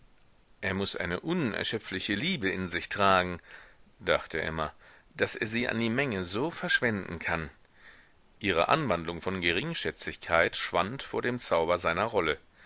er muß eine unerschöpfliche liebe in sich tragen dachte emma daß er sie an die menge so verschwenden kann ihre anwandlung von geringschätzigkeit schwand vor dem zauber seiner rolle